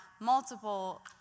multiple